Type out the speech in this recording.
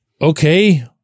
okay